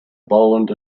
bolland